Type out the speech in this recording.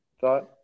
thought